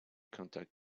contact